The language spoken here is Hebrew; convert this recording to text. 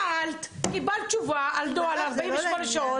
שאלת, קיבלת תשובה על נוהל 48 שעות.